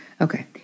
Okay